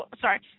sorry